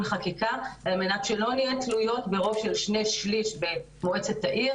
החקיקה על מנת שלא נהיה תלויות ברוב של שני שליש במועצת העיר,